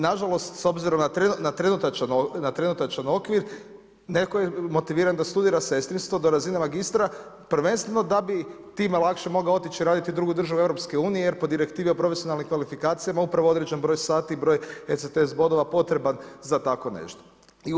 Na žalost s obzirom na trenutačan okvir netko je motiviran da studira sestrinstvo do razine magistra prvenstveno da bi time lakše mogao otići raditi u drugu državu EU jer po direktivi o profesionalnim kvalifikacijama upravo određeni broj sati, broj ECTS bodova potreban za tako nešto.